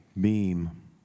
Beam